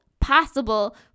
possible